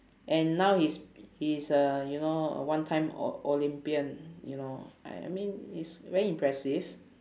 and now he's he's uh you know a one time o~ olympian you know I mean it's very impressive